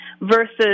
versus